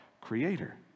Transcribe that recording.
creator